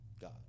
God